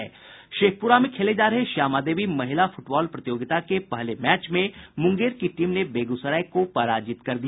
शेखपुरा में खेले जा रहे श्यामा देवी महिला फुटबॉल प्रतियोगिता के पहले मैच में मुंगेर की टीम ने बेगूसराय को पराजित कर दिया